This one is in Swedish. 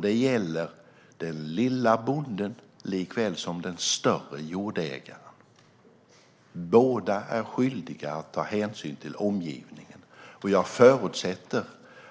Det gäller den lilla bonden såväl som den större jordägaren. Båda är skyldiga att ta hänsyn till omgivningen. Jag förutsätter